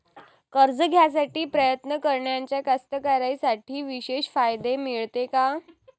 कर्ज घ्यासाठी प्रयत्न करणाऱ्या कास्तकाराइसाठी विशेष फायदे मिळते का?